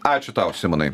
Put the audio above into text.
ačiū tau simonai